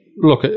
Look